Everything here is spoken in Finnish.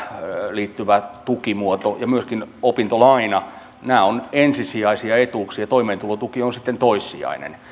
liittyvä tukimuoto ja myöskin opintolaina ovat ensisijaisia etuuksia ja toimeentulotuki on sitten toissijainen